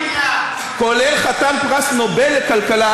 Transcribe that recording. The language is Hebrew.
כולל חתן פרס נובל לכלכלה,